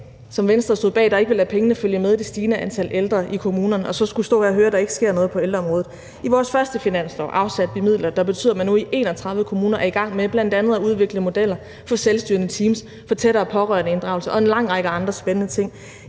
bag en regering, der ikke ville lade pengene følge med det stigende antal ældre i kommunerne – og på, at der ikke sker noget på ældreområdet. I vores første finanslov afsatte vi midler, der betyder, at man nu i 31 kommuner er i gang med bl.a. at udvikle modeller for selvstyrende teams, for tættere pårørendeinddragelse og en lang række spændende ting.